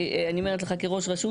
אני אומרת לך כראש רשות,